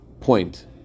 point